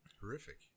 Horrific